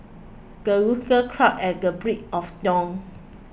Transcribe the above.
the rooster crows at the break of dawn